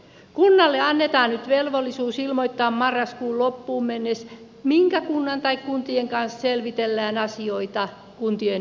kunnille annetaan nyt velvollisuus ilmoittaa marraskuun loppuun mennessä minkä kunnan tai kuntien kanssa selvitellään asioita kun tien yhdistämisestä